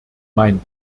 mein